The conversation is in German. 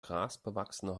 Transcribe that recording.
grasbewachsene